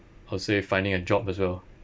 I'll say finding a job as well